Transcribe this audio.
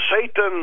Satan